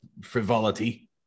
frivolity